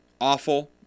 awful